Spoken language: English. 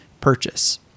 purchase